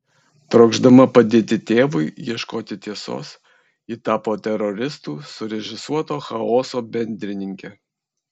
trokšdama padėti tėvui ieškoti tiesos ji tapo teroristų surežisuoto chaoso bendrininke